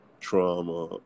trauma